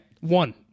One